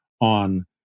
on